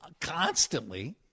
constantly